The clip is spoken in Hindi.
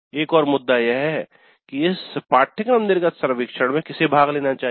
एक और मुद्दा यह है कि इस पाठ्यक्रम निर्गत सर्वेक्षण में किसे भाग लेना चाहिए